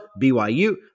BYU